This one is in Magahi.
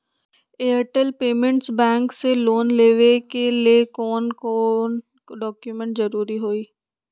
एयरटेल पेमेंटस बैंक से लोन लेवे के ले कौन कौन डॉक्यूमेंट जरुरी होइ?